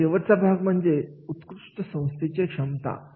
आणि शेवटचा भाग म्हणजे उत्कृष्ट संस्थेचे सक्षमता